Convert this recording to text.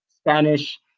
Spanish